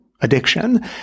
addiction